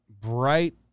bright